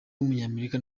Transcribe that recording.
w’umunyamerika